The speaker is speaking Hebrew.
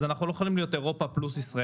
אז אנחנו לא יכולים להיות אירופה פלוס ישראל.